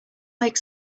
make